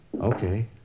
Okay